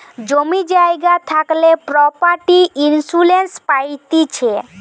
জমি জায়গা থাকলে প্রপার্টি ইন্সুরেন্স পাইতিছে